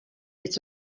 its